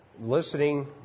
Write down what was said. listening